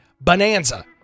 bonanza